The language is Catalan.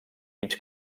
mig